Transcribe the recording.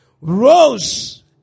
rose